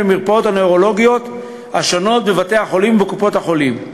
במרפאות הנוירולוגיות השונות בבתי-החולים ובקופות-החולים.